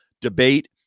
debate